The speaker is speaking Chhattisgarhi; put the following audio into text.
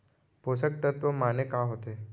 पोसक तत्व माने का होथे?